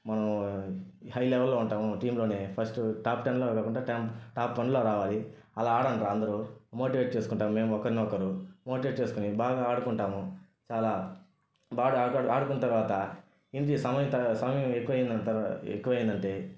మనము హై లెవెల్లో ఉంటాము టీంలోనే ఫస్ట్ టాప్ టెన్లో కాకుండా టెన్ టాప్ వన్లో రావాలి అలా ఆడండిరా అందరూ మోటివేట్ చేసుకుంటాము మేము ఒకరినొకరు మోటివేట్ చేసుకొని బాగా ఆడుకుంటాము చాలా బాగా ఆడు ఆడుకున్న తర్వాత ఇంటి సమయం సమయం ఎక్కువ అయిన తా ఎక్కువ అయిందంటే